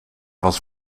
was